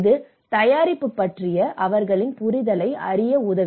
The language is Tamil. இது தயாரிப்பு பற்றிய அவர்களின் புரிதலை அறிய உதவும்